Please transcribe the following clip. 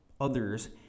others